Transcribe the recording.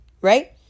right